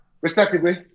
Respectively